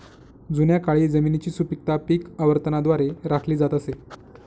जुन्या काळी जमिनीची सुपीकता पीक आवर्तनाद्वारे राखली जात असे